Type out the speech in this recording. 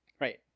Right